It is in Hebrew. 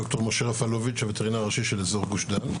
ד"ר משה רפלוביץ' הווטרינר הראשי של אזור גוש דן.